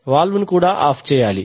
valve ను కూడా off చేయాలి